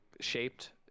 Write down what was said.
shaped